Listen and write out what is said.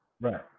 Right